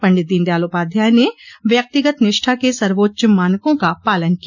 पंडित दीनदयाल उपाध्याय ने व्यक्तिगत निष्ठा के सर्वोच्च मानकों का पालन किया